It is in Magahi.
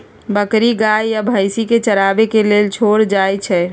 बकरी गाइ आ भइसी के चराबे के लेल छोड़ल जाइ छइ